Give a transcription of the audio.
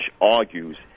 argues